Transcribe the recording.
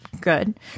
Good